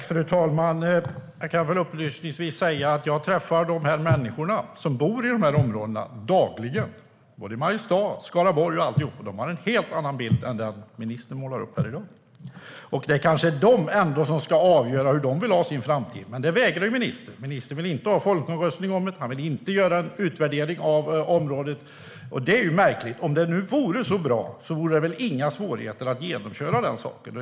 Fru talman! Jag kan upplysningsvis säga att jag träffar de människor som bor i dessa områden dagligen, i Mariestad, Skaraborg och alltihop, och de har en helt annan bild än den som ministern målar upp här i dag. Det kanske ändå är de som ska avgöra hur de vill ha sin framtid. Detta vägrar dock ministern. Ministern vill inte ha folkomröstning om det, och han vill inte göra en utvärdering av området. Detta är märkligt, för om det nu vore så bra vore det väl inga svårigheter att genomföra den saken.